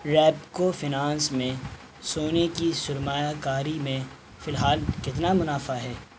Repco finance میں سونے کی سرمایہ کاری میں فی الحال کتنا منافع ہے